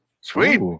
Sweet